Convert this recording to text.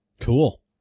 Cool